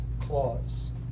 clause